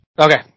Okay